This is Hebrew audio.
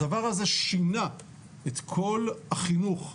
הדבר הזה שינה את כל החינוך בעיר,